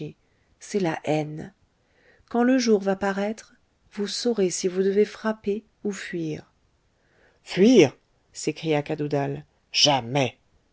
c'est la haine quant le jour va paraître vous saurez si vous devez frapper ou fuir fuir s'écria cadoudal jamais